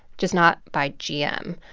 just not by gm.